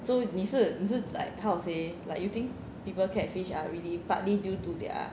so 你是你是 like how to say like you think people catfish are really partly due to their